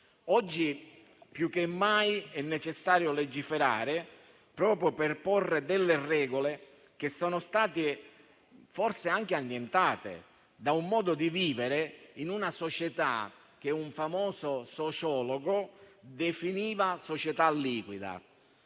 Oggi più che mai è necessario legiferare proprio per porre regole che sono state forse anche annientate dal modo di vivere in una società senza riferimenti, che un famoso sociologo definiva liquida